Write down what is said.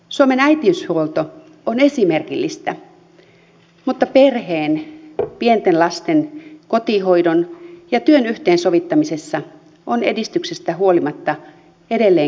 suomen äitiyshuolto on esimerkillistä mutta perheen pienten lasten kotihoidon ja työn yhteensovittamisessa on edistyksestä huolimatta edelleen kehitettävää